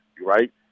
right